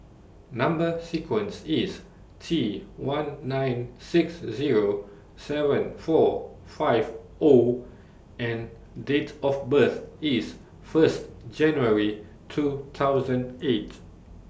Number sequence IS T one nine six Zero seven four five O and Date of birth IS First January two thousand eight